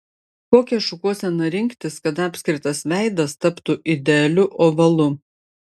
kokią šukuoseną rinktis kad apskritas veidas taptų idealiu ovalu